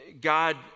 God